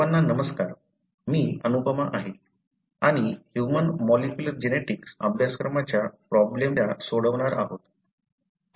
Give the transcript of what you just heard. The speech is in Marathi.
सर्वांना नमस्कार मी अनुपमा आहे आणि ह्यूमन मॉलिक्युलर जेनेटिक्स अभ्यासक्रमाच्या प्रॉब्लेम सॉलविंग वर्गात स्वागत आहे